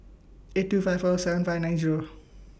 eight two five four seven five nine Zero